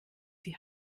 die